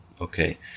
Okay